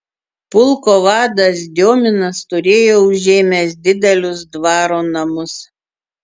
pulko vadas diominas turėjo užėmęs didelius dvaro namus